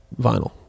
vinyl